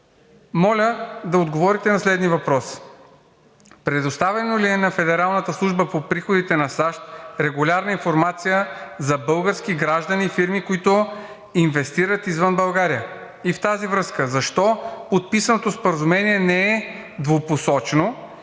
моля да отговорите на следния въпрос: предоставено ли е на Федералната служба по приходите на САЩ регулярна информация за български граждани и фирми, които инвестират извън България. И в тази връзка: защо подписаното споразумение не е двупосочно